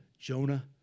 Jonah